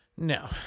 No